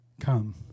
Come